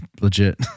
legit